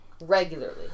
regularly